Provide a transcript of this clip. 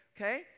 okay